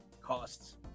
costs